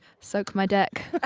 soak my deck,